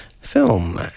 film